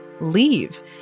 leave